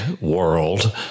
world